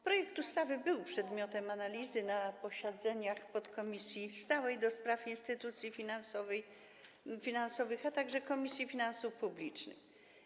Projekt ustawy był przedmiotem analizy na posiedzeniach podkomisji stałej do spraw instytucji finansowych, a także Komisji Finansów Publicznych.